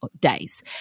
Days